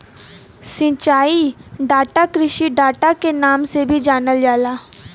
सिंचाई डाटा कृषि डाटा के नाम से भी जानल जाला